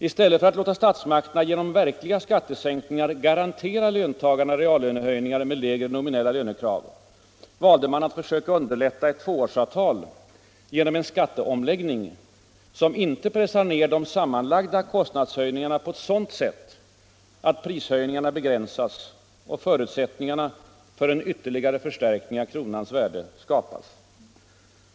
I stället för att låta statsmakterna genom skattesänkningar garantera löntagarna reallönehöjningar med lägre nominella lönekrav valde man att söka underlätta ett tvåårsavtal genom en skatteomläggning, som inte pressar ned de sammanlagda kostnadshöjningarna på ett sådant sätt att prishöjningarna begränsas och förutsättningarna för en ytterligare förstärkning av kronans värde skapas.